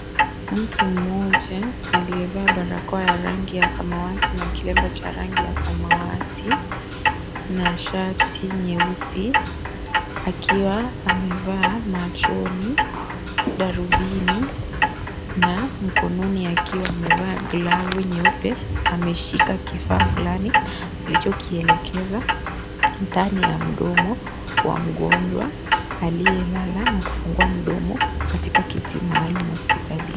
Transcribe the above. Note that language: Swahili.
Mtu mmoja aliyevaa barakoa ya rangi ya samawati na kilemba cha rangi ya samawati na shati nyeusi akiwa amevaa machoni darubini na mkononi akiwa amevaa glavu nyeupe ameshika kifaa fulani alichokielekeza ndani ya mdomo wa mgonjwa aliyelala na kufungua mdomo katika kiti maalum hospitalini.